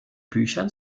büchern